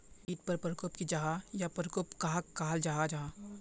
कीट टर परकोप की जाहा या परकोप कहाक कहाल जाहा जाहा?